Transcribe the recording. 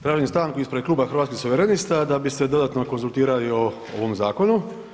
Tražim stanku ispred Kluba Hrvatskih suverenista da bi se dodatno konzultirali o ovom zakonu.